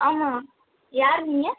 ஆமாம் யார் நீங்கள்